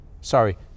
Sorry